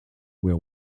were